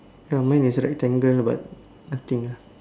ya mine is rectangle but nothing ah